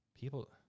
People